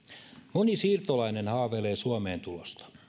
moni siirtolainen haaveilee suomeen tulosta